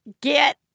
get